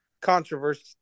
controversy